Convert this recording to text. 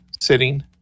sitting